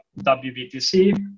WBTC